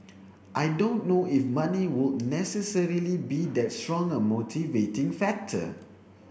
I don't know if money would necessarily be that strong a motivating factor